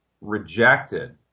rejected